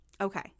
Okay